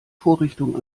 vorrichtung